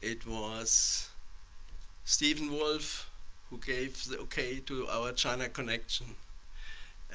it was stephen wolff who gave the okay to our china connection